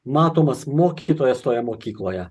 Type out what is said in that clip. matomas mokytojas toje mokykloje